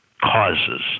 causes